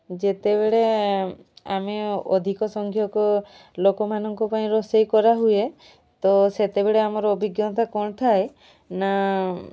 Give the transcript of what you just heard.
ଯେତେବେଳେ ଆମେ ଅଧିକ ସଂଖ୍ୟକ ଲୋକମାନଙ୍କ ପାଇଁ ରୋଷେଇ କରାହୁଏ ତ ସେତେବେଳେ ଆମର ଅଭିଜ୍ଞତା କ'ଣ ଥାଏ ନା